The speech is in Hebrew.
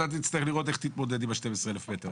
אתה תצטרך להתמודד עם ה-12 אלף מטר האלה,